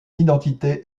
identité